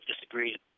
disagreed